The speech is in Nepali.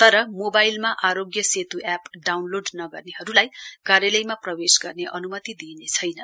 तर मोवाइलमा आरोग्य सेतु ऐप डाउनलोड नगर्नेहरूलाई कार्यालयमा प्रवेश गर्ने अनुमति दिइनेछैन